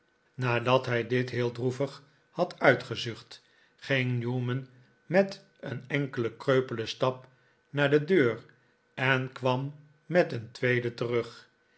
nadat hij dit heel droevig had uitgezucht ging newman met een enkelen kreupelen stap naar de deur en kwam met een tweeden terug